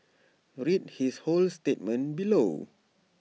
read his whole statement below